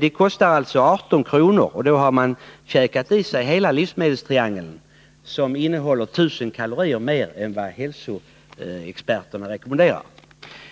Det kostar alltså 18 kr. att äta enligt denna matsedel, och då har man fått i sig hela livsmedelstriangeln, som innehåller 1000 kalorier mer än hälsoexperterna rekommenderar.